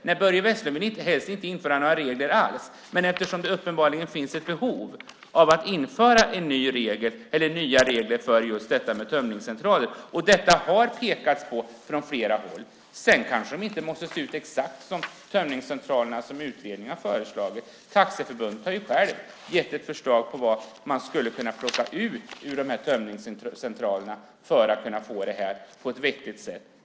Nej, Börje Vestlund vill helst inte införa några regler alls, men det finns uppenbarligen ett behov av att införa nya regler för just detta med tömningscentraler, och detta har pekats på från flera håll. Sedan kanske tömningscentralerna inte behöver se ut exakt som utredningen har föreslagit. Taxiförbundet har självt gett ett förslag på vad man skulle kunna plocka ut ur de här tömningscentralerna för att få det här på ett vettigt sätt.